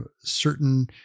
certain